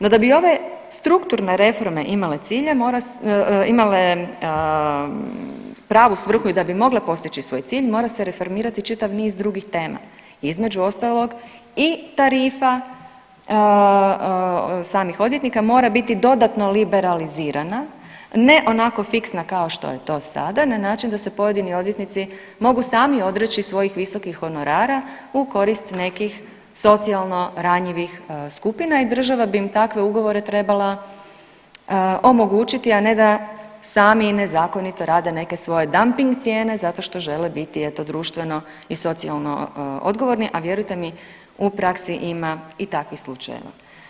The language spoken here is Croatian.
No da bi ove strukturne reforme imale cilj, imale pravu svrhu i da bi mogle postići svoj cilj mora se reformirati čitav niz drugih tema, između ostalog i tarifa samih odvjetnika mora biti dodatno liberalizirana, ne onako fiksna kao što je to sada na način da se pojedini odvjetnici mogu sami odreći svojih visokih honorara u korist nekih socijalno ranjivih skupina i država bi im takve ugovore trebala omogućiti, a ne da sami nezakonito rade neke svoje damping cijene zato što žele biti eto društveno i socijalno odgovorni, a vjerujte mi u praksi ima i takvih slučajeva.